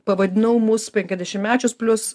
pavadinau mus penkiasdešimtmečius plius